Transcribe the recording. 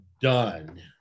done